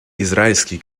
израильские